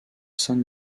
saint